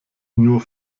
nur